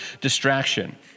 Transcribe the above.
distraction